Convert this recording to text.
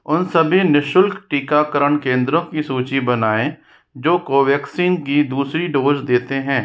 उन सभी नि शुल्क टीकाकरण केंद्रों की सूची बनाएँ जो कोवैक्सीन की दूसरी डोज़ देते हैं